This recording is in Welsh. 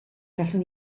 gallwn